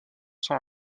sont